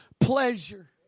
pleasure